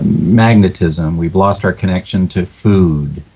magnetism. we've lost our connection to food.